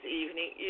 evening